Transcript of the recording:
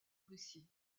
russie